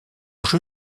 jeu